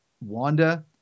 Wanda